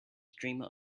streamer